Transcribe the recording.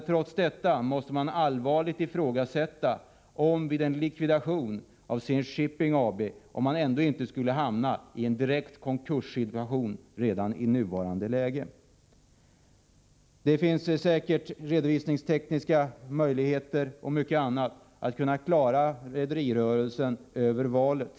Trots detta måste man allvarligt ifrågasätta om inte Zenit Shipping AB vid en likvidation skulle hamna i en direkt konkurssituation redan i nuvarande läge. Det finns säkert redovisningstekniska möjligheter och många andra sätt att kunna klara rederirörelsen över valet.